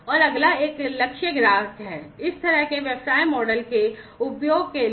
और अगला एक लक्ष्य ग्राहक है इस तरह के व्यवसाय मॉडल के उपयोग के लिए